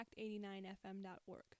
impact89fm.org